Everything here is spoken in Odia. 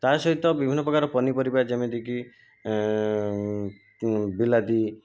ତା' ସହିତ ବିଭିନ୍ନ ପ୍ରକାର ପନିପରିବା ଯେମିତିକି ବିଲାତି